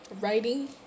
writing